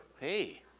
Hey